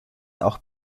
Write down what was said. auch